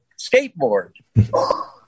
skateboard